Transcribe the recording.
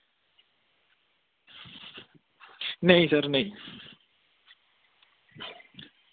नेईं सर नेईं